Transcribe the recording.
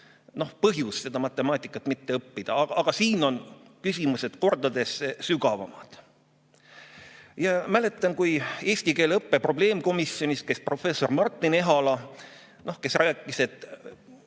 põhjust seda matemaatikat mitte õppida. Aga siin on küsimused kordades sügavamad. Mäletan, kui eesti keele õppe probleemkomisjonis käis professor Martin Ehala, siis ta rääkis, mis